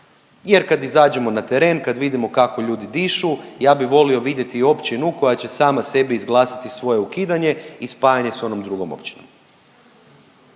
Jer kad izađemo na teren, kad vidimo kako ljudi dišu ja bih volio vidjeti općinu koja će sama sebi izglasati svoje ukidanje i spajanje sa onom drugom općinom.